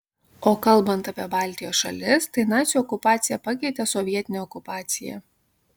o kalbant apie baltijos šalis tai nacių okupacija pakeitė sovietinę okupaciją